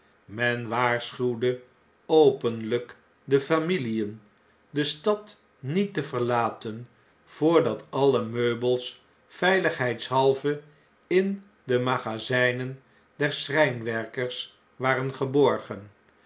men waarschuwde openljjk de familien de stad niet te verlaten voordat alle meubels veiligheidshalve in de magazjjnen der schrijnwerkers waren geborgen